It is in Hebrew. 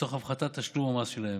לצורך הפחתת תשלום המס שלהן.